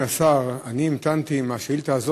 יחד עם זאת,